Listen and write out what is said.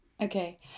Okay